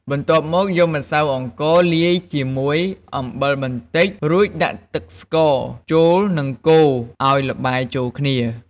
បន្ទាប់មកយកម្សៅអង្កលាយជាមួយអំបិលបន្តិច រួចដាក់ទឹកស្ករចូលនិងកូរឱ្យល្បាយចូលគ្នា។